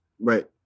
Right